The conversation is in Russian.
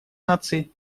наций